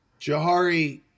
Jahari